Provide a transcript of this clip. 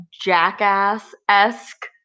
jackass-esque